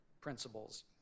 principles